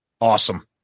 Awesome